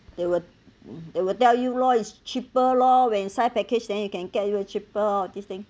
they will they will tell you lor is cheaper lor when you sign package then you can get you a cheaper all these thing